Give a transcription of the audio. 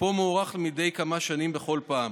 תוקפו מוארך מדי כמה שנים, בכל פעם.